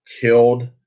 killed